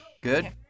Good